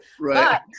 right